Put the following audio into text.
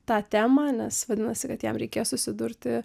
tą temą nes vadinasi kad jam reikės susidurti